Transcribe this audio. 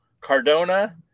Cardona